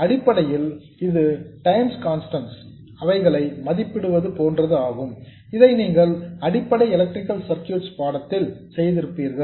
அடிப்படையில் இது time constants களை மதிப்பிடுவது போன்றதாகும் இதை நீங்கள் அடிப்படை எலக்ட்ரிக்கல் சர்க்யூட்ஸ் பாடத்தில் செய்திருப்பீர்கள்